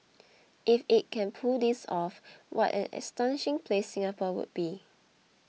if it can pull this off what an astonishing place Singapore would be